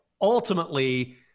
ultimately